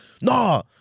nah